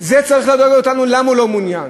זה צריך להדאיג אותנו, למה הוא לא מעוניין.